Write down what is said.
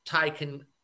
taken